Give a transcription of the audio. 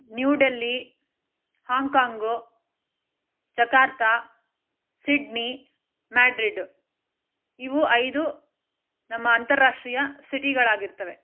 New Delhi ಹಾಂಗ್ಕಾಂಗು ಚಕಾರ್ತ Sydney ಮ್ಯಾಡ್ರಿಡ್ಡು ಇವು ಐದು ನಮ್ಮ ಅಂತಾರಾಷ್ಟ್ರೀಯ ಸಿಟಿಗಳಾಗಿರ್ತವೆ